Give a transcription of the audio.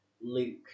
Luke